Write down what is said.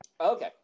Okay